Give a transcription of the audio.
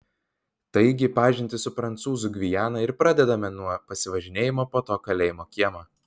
taigi pažintį su prancūzų gviana ir pradedame nuo pasivažinėjimo po to kalėjimo kiemą